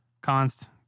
const